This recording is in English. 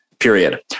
Period